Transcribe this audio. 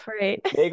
right